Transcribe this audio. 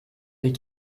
des